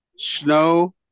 Snow